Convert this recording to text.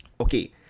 Okay